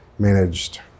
managed